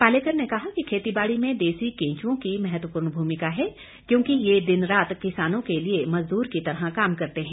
पालेकर ने कहा कि खेतीबाड़ी में देसी केंचुओं की महत्वपूर्ण भूमिका है क्योंकि यह दिन रात किसानों के लिए मजदूर की तरह काम करते हैं